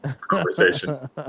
conversation